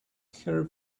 her